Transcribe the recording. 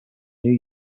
new